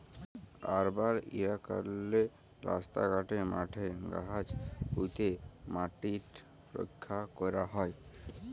আরবাল ইলাকাললে রাস্তা ঘাটে, মাঠে গাহাচ প্যুঁতে ম্যাটিট রখ্যা ক্যরা হ্যয়